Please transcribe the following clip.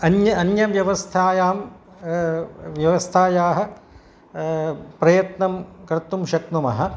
अन्य अन्यव्यवस्थायां व्यवस्थायाः प्रयत्नं कर्तुं शक्नुमः